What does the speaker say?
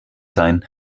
sein